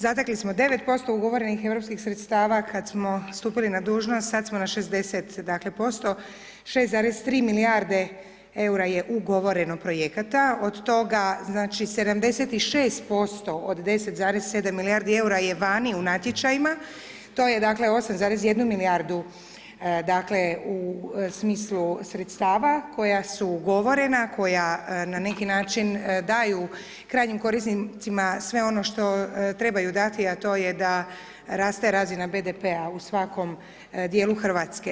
Zatekli smo 9% ugovorenih europskih sredstava kad smo stupili na dužnost, sad smo na 60% 6,3 milijarde EUR-a je ugovoreno projekata od toga znači 76% od 10,7 milijardi EUR-a je vani u natječajima to je dakle 8,1 milijardu dakle u smislu sredstava koja su ugovorena koja na neki način daju krajnjim korisnicima sve ono što trebaju dati a to je da raste razina BDP-a u svakom dijelu Hrvatske.